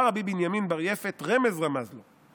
"אמר רבי בנימין בר יפת: רמז רמז לו,